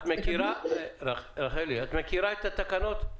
את מכירה את התקנות?